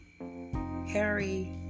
Harry